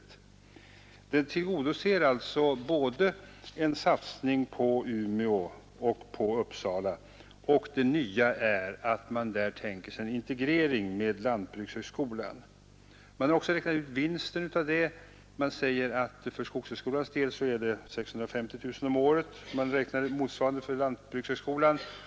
Uppsalaförslaget betyder alltså en satsning både på Umeå och på Uppsala. Det nya är att man tänker sig en integrering med lantbrukshögskolan. Man har också räknat ut vinsten av den. För skogshögskolans del blir den 650 000 kronor om året, och man räknar med motsvarande för lantbrukshögskolan.